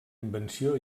invenció